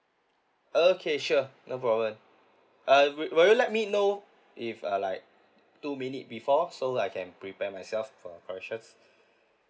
okay sure no problem uh will will you let me know if uh like two minute before so that I can prepare myself for collections